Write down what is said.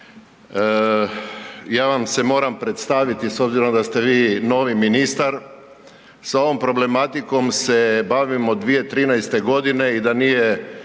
Ja vam se moram predstaviti s obzirom da ste vi novi ministar. Sa ovom problematikom se bavim od 2013.g. i da nije